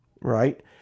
right